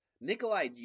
Nikolai